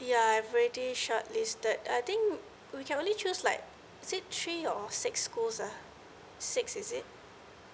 yeah I've already shortlisted I think we can only choose like say three or six schools ah six is it